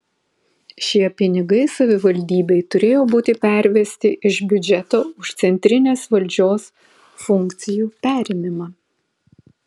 šie pinigai savivaldybei turėjo būti pervesti iš biudžeto už centrinės valdžios funkcijų perėmimą